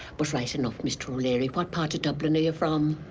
but right enough, mr. o'leary, what part of dublin are you from?